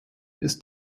ist